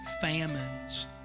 famines